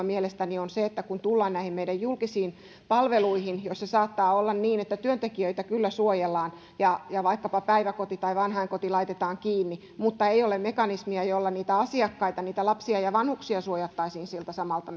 mielestäni on kun tullaan näihin meidän julkisiin palveluihin joissa saattaa olla niin että työntekijöitä kyllä suojellaan ja ja vaikkapa päiväkoti tai vanhainkoti laitetaan kiinni mutta ei ole mekanismia jolla niitä asiakkaita niitä lapsia ja vanhuksia suojattaisiin siltä samalta